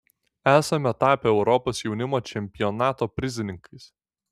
esame tapę europos jaunimo čempionato prizininkais